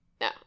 No